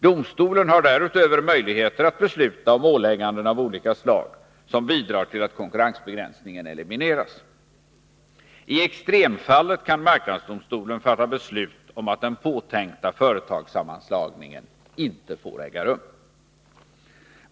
Domstolen har därutöver möjligheter att besluta om ålägganden av olika slag som bidrar till att konkurrensbegränsningen elimineras. I extremfallet kan marknadsdomstolen fatta beslut om att den påtänkta företagssammanläggningen inte får äga rum.